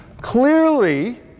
Clearly